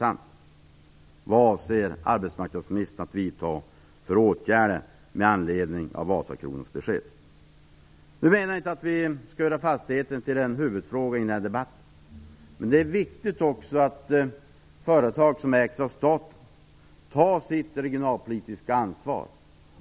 Vilka åtgärder avser arbetsmarknadsministern att vidta med anledning av Vasakronans besked? Jag menar inte att vi skall göra fastigheter till en huvudfråga i denna debatt, men det är viktigt att företag som ägs av staten tar sitt regionalpolitiska ansvar.